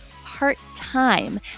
part-time